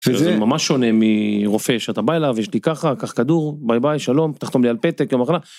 זה ממש שונה מרופא שאתה בא אליו, יש לי ככה, קח כדור, ביי ביי, שלום, תחתום לי על פתק, יום מחלה.